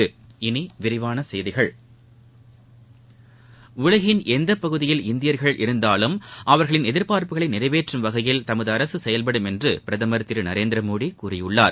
இனி விரிவான செய்திகள் உலகின் எந்தப் பகுதியில் இந்தியர்கள் இருந்தாலும் அவர்களின் எதிர்பார்ப்புகளை நிறைவேற்றும் வகையில் தமது அரசு செயல்படும் என்று பிரதமர் திரு நரேந்திரமோடி கூறியுள்ளார்